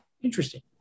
Interesting